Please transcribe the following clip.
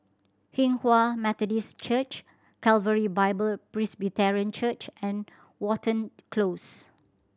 Hinghwa Methodist Church Calvary Bible Presbyterian Church and Watten Close